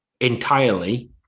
entirely